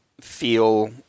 feel